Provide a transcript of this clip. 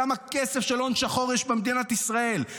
כמה כסף של הון שחור יש במדינת ישראל,